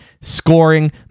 scoring